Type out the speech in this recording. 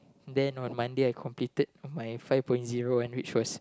then on Monday I completed my five point zero one reach first